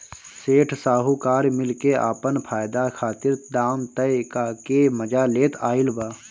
सेठ साहूकार मिल के आपन फायदा खातिर दाम तय क के मजा लेत आइल बा